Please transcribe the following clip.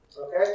Okay